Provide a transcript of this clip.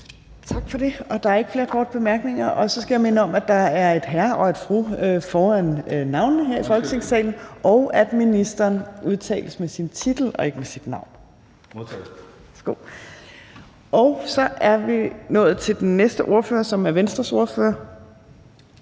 Torp): Tak for det. Der er ikke flere korte bemærkninger. Og så skal jeg minde om, at der er et hr. og fru foran navnene her i Folketingssalen, og at ministeren omtales med sin titel og ikke med sit navn. Den første ordfører er fra